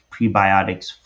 prebiotics